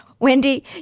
Wendy